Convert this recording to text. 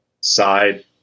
side